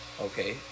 Okay